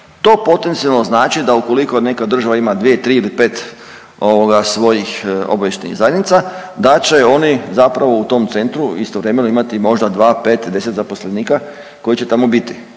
To potencijalno znači da ukoliko neka država ima 2, 3 ili 5 ovoga, svojih obavještajnih zajednica, da će oni zapravo u tom Centru istovremeno imati možda 2, 5, 10 zaposlenika, koji će imati